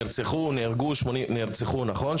נרצחו, נכון.